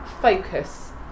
focus